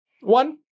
One